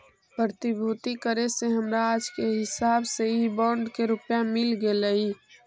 प्रतिभूति करे से हमरा आज के हिसाब से इ बॉन्ड के रुपया मिल गेलइ